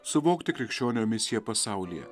suvokti krikščionio misiją pasaulyje